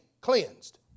cleansed